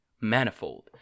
manifold